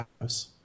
House